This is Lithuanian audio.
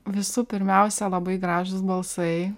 visų pirmiausia labai gražūs balsai